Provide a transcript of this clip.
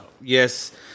yes